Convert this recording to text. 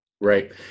Right